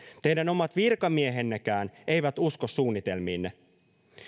teidän omat virkamiehennekään eivät usko suunnitelmiinne